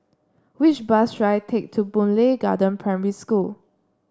which bus should I take to Boon Lay Garden Primary School